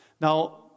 Now